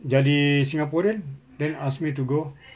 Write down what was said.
jadi singaporean then ask me to go